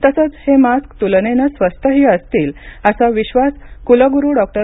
तसंच हे मास्क तुलनेनं स्वस्तही असतील असा विश्वास कुलगुरू डॉक्टर